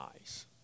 eyes